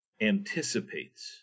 anticipates